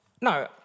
no